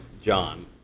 John